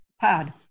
pad